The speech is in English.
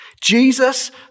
Jesus